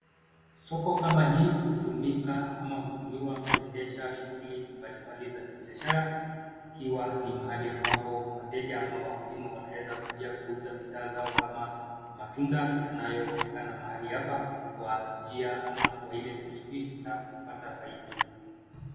Soko kama hii hutumika au hutumiwa kuendesha shughuli mbalimbali za kibiashara ikiwa ni mahali ambapo wateja ama wakulima wanaweza kuja kuuza bidhaa zao kama matunda yanayoonekana mahali hapa kwa njia ama kwa ile kusudi la kupata faida.